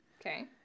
Okay